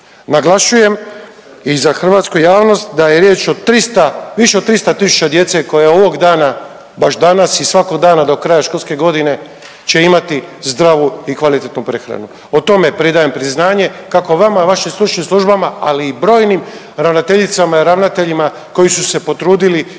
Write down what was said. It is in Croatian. Naglašujem i za hrvatsku javnost da je riječ o 300, više od 300 tisuća djece koja ovog dana, baš danas i svakog dana do kraja školske godine će imati zdravu i kvalitetnu prehranu. O tome pridajem priznanje kako vama, vašim stručnim službama, ali i brojnim ravnateljicama i ravnateljima koji su se potrudili